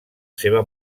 seva